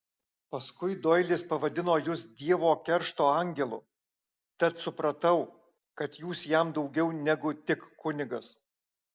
paskui doilis pavadino jus dievo keršto angelu tad supratau kad jūs jam daugiau negu tik kunigas